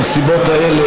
בנסיבות האלה,